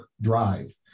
drive